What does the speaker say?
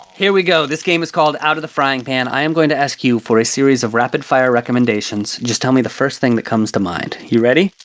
here we go. this game is called out of the frying pan. i am going to ask you for a series of rapid fire recommendations, just tell me the first thing that comes to mind. are you ready?